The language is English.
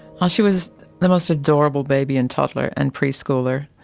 ah she was the most adorable baby and toddler and pre-schooler.